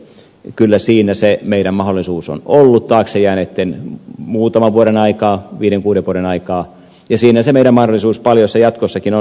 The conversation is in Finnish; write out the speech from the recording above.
kyllä pk yrityksissä se meidän mahdollisuutemme on ollut taakse jääneitten muutaman vuoden aikaan viiden kuuden vuoden aikaan ja siinä se meidän mahdollisuutemme paljolti jatkossakin on